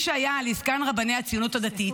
מי שהיה לעסקן רבני הציונות הדתית,